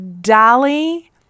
Dolly